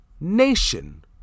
nation